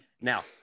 now